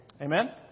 Amen